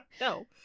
No